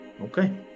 Okay